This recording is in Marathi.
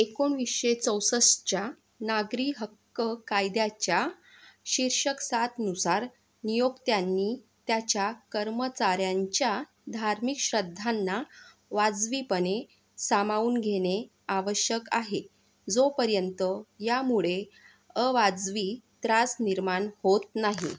एकोणीसशे चौसष्टच्या नागरी हक्क कायद्याच्या शीर्षक सातनुसार नियोक्त्यांनी त्याच्या कर्मचाऱ्यांच्या धार्मिक श्रद्धांना वाजवीपणे सामावून घेणे आवश्यक आहे जोपर्यंत यामुळे अवाजवी त्रास निर्माण होत नाही